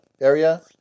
area